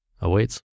awaits